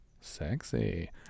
Sexy